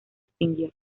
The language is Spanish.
extinguió